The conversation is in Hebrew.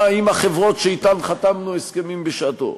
עם החברות שאתן חתמנו הסכמים בשעתן,